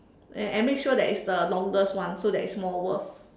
and and make sure that it's the longest one so that it's more worth